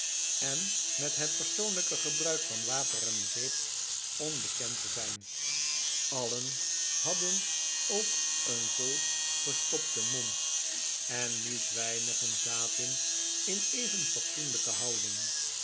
en met het persoonlijke gebruik van water en zeep onbekead te zijn allen hadden ook een volgestopten mond en niet weinigen zaten in een even fatsoenlijke houding